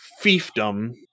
fiefdom